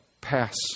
pass